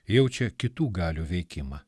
jaučia kitų galių veikimą